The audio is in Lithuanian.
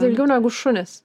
ilgiau negu šunys